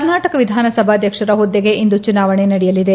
ಕರ್ನಾಟಕ ವಿಧಾನಸಭಾಧ್ಯಕ್ಷರ ಹುದ್ದೆಗೆ ಇಂದು ಚುನಾವಣೆ ನಡೆಯಲಿದೆ